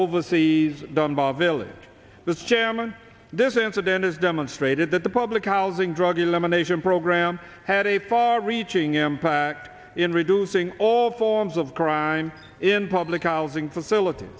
oversees dunbar village this jama this incident has demonstrated that the public housing drug elimination program had a far reaching impact in reducing all forms of crime in public housing facilities